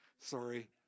Sorry